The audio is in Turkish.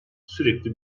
sürekli